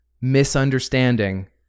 misunderstanding